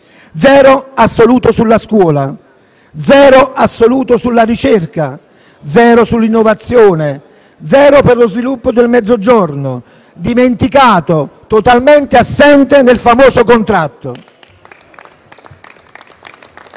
Zero assoluto sulla scuola; zero assoluto sulla ricerca; zero sull'innovazione; zero per lo sviluppo del Mezzogiorno, dimenticato e totalmente assente nel famoso contratto.